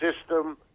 system